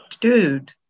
Dude